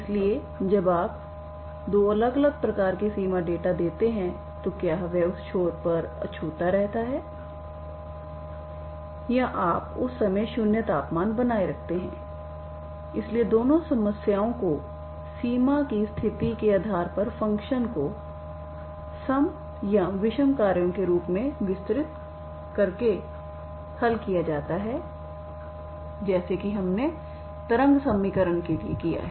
इसलिए जब आप दो अलग अलग प्रकार के सीमा डेटा देते हैं तो क्या वह उस छोर पर अछूता रहता है या आप उस समय शून्य तापमान बनाए रखते हैं इसलिए दोनों समस्याओं को सीमा की स्थिति के आधार पर फंक्शन को सम या विषम कार्यों के रूप में विस्तारित करके हल किया जाता है जैसे कि हमने तरंग समीकरण के लिए किया है